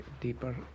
deeper